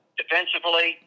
defensively